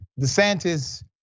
DeSantis